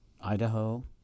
Idaho